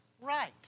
right